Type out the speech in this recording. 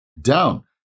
down